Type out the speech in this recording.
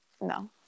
no